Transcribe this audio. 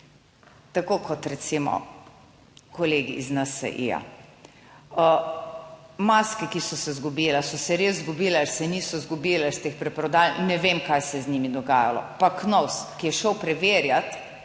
tako kot recimo kolegi iz NSi. Maske, ki so se izgubile so se res izgubile, ali se niso izgubile, ste jih preprodali? Ne vem, kaj se je z njimi dogajalo, pa KNOVS, ki je šel preverjat